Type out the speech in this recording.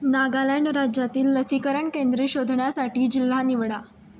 नागालँड राज्यातील लसीकरण केंद्रे शोधण्यासाठी जिल्हा निवडा